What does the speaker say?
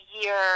year